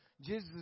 Jesus